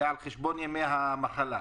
זה על חשבון ימי המחלה.